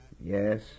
Yes